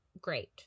great